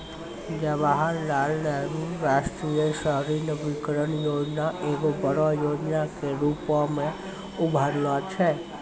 जवाहरलाल नेहरू राष्ट्रीय शहरी नवीकरण योजना एगो बड़ो योजना के रुपो मे उभरलो छै